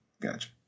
Gotcha